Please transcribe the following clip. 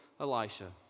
Elisha